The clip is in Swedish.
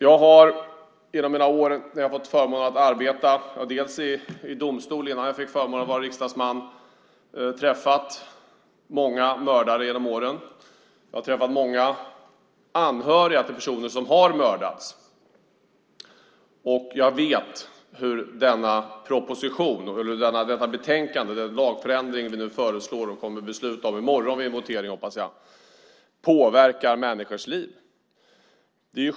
Under de år jag hade förmånen att arbeta i domstol - det var innan jag fick förmånen att vara riksdagsman - träffade jag många mördare. Jag har också träffat många anhöriga till personer som har mördats, så jag vet hur denna proposition, detta betänkande och den lagförändring som nu föreslås och som jag hoppas att vi i morgon vid voteringen beslutar om påverkar människors liv.